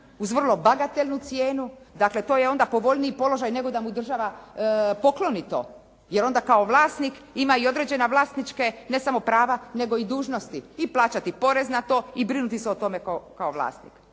uz vrlo bagatelnu cijenu. Dakle to je onda povoljniji položaj nego da mu država pokloni to, jer onda kao vlasnik ima i određena vlasnička ne samo prava nego i dužnosti, i plaćati porez na to i brinuti se o tome kao vlasnik.